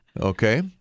Okay